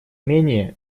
менее